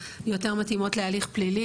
יותר מתאימות להליך פלילי,